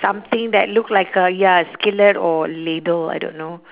something that look like a ya a skillet or ladle I don't know